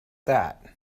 that